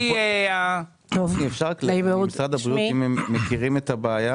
יש מצוקה קשה ברוקחים